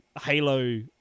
Halo